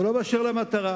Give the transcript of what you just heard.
אך לא בנוגע למטרה.